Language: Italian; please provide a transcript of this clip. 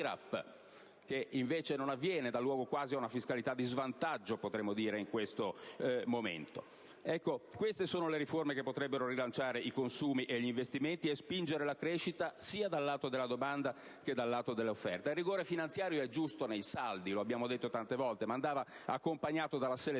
che invece non avviene e dà luogo quasi ad una fiscalità di svantaggio, potremmo dire, in questo momento. Queste sono le riforme che potrebbero rilanciare i consumi e gli investimenti, e spingere la crescita sia dal lato della domanda che dal lato dell'offerta. Il rigore finanziario è giusto nei saldi, lo abbiamo detto tante volte, ma andava accompagnato dalla selettività